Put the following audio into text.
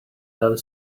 have